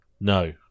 No